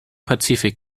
pazifik